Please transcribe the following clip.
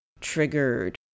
triggered